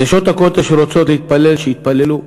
"נשות הכותל", שרוצות להתפלל, שיתפללו.